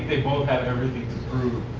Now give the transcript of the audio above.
both have everything to prove